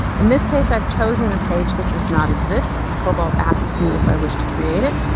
in this case, i've chosen a page that does not exist. cobalt asks me if i wish to create it.